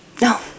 No